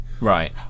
Right